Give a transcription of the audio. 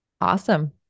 Awesome